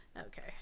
okay